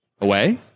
Away